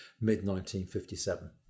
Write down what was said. mid-1957